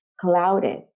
clouded